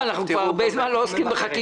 אנחנו כבר הרבה זמן לא עוסקים בחקיקה.